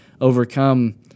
overcome